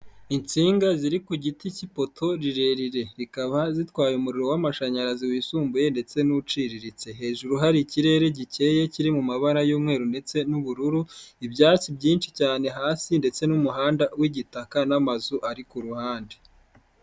Insinga ziri ku giti cy'ipoto rirerire, rikaba zitwaye umuriro w'amashanyarazi wisumbuye ndetse n'uciriritse, hejuru hari ikirere gikeye kiri mu mabara y'umweru ndetse n'ubururu, ibyatsi byinshi cyane hasi ndetse n'umuhanda w'igitaka n'amazu ari ku ruhande.